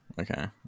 Okay